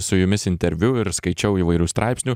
su jumis interviu ir skaičiau įvairių straipsnių